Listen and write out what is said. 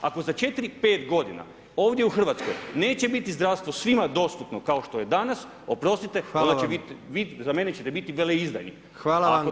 Ako za 4, 5 godina ovdje u Hrvatskoj neće biti zdravstvo svima dostupno kao što je danas, oprostite, onda vi za mene ćete biti veleizdajnik.